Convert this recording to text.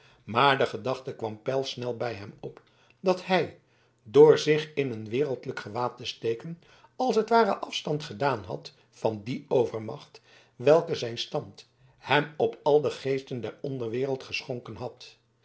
maar de gedachte kwam pijlsnel bij hem op dat hij door zich in een wereldlijk gewaad te steken als het ware afstand gedaan had van die overmacht welke zijn stand hem op al de geesten der onderwereld geschonken had